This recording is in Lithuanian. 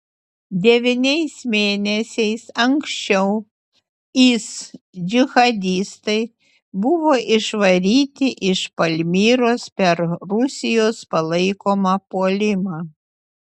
devyniais mėnesiais anksčiau is džihadistai buvo išvaryti iš palmyros per rusijos palaikomą puolimą